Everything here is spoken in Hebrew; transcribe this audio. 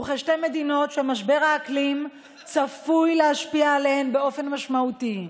וכשתי מדינות שמשבר האקלים צפוי להשפיע עליהן באופן משמעותי.